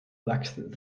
erwachsen